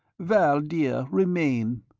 val, dear, remain.